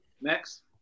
next